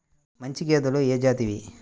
మంచి గేదెలు ఏ జాతివి?